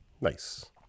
Nice